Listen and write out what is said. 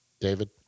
David